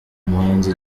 umuhanzi